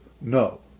No